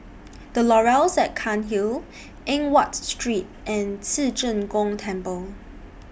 The Laurels At Cairnhill Eng Watt Street and Ci Zheng Gong Temple